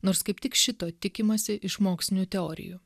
nors kaip tik šito tikimasi iš mokslinių teorijų